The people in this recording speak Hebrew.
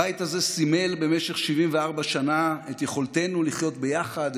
הבית הזה סימל במשך 74 שנה את יכולתנו לחיות ביחד,